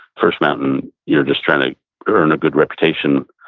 first mountain, you're just trying to earn a good reputation.